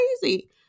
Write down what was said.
crazy